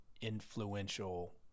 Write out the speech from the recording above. influential